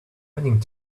running